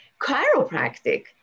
chiropractic